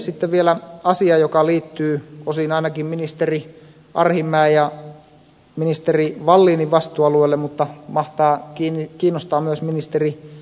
sitten vielä asia joka liittyy osin ainakin ministeri arhinmäen ja ministeri wallinin vastuualueelle mutta mahtaa kiinnostaa myös ministeri risikkoa